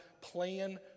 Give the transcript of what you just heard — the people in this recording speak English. plan